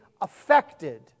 affected